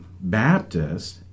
Baptist